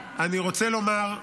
לומר,